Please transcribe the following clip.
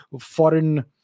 foreign